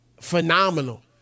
phenomenal